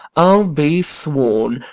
i'll be sworn